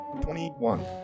Twenty-one